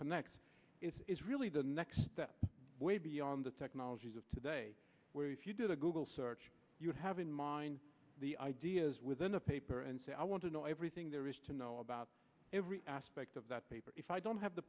connects is really the next that way beyond the technologies of today where if you did a google search you would have in mind the ideas within the paper and say i want to know everything there is to know about every aspect of that paper if i don't have the